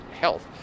health